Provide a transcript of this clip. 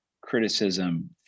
criticism